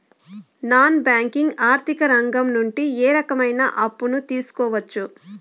Non banking ఆర్థిక రంగం నుండి ఏ రకమైన అప్పు తీసుకోవచ్చు?